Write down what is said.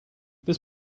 this